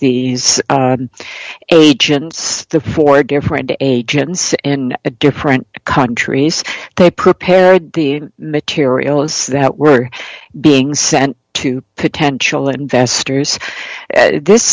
these agents the four different agencies in a different countries they prepared the materials that were being sent to potential investors this